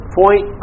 point